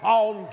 on